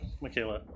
Michaela